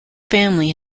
family